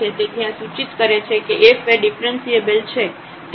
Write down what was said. તેથી આ સૂચિત કરે છે કે f એ ડિફ્રન્સિએબલ છે